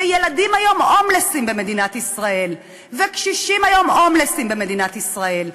וילדים היום הומלסים במדינת ישראל וקשישים היום הומלסים במדינת ישראל.